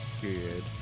Good